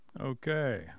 Okay